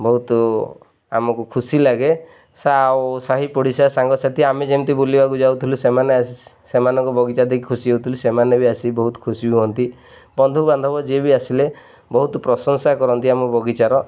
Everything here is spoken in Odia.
ବହୁତ ଆମକୁ ଖୁସି ଲାଗେ ଆଉ ସାହି ପଡ଼ିଶା ସାଙ୍ଗସାଥି ଆମେ ଯେମିତି ବୁଲିବାକୁ ଯାଉଥିଲୁ ସେମାନେ ଆସି ସେମାନଙ୍କ ବଗିଚା ଦେଇକି ଖୁସି ହଉଥିଲେ ସେମାନେ ବି ଆସି ବହୁତ ଖୁସି ହୁଅନ୍ତି ବନ୍ଧୁବାନ୍ଧବ ଯିଏ ବି ଆସିଲେ ବହୁତ ପ୍ରଶଂସା କରନ୍ତି ଆମ ବଗିଚାର